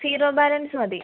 zero balance മതി